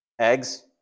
Eggs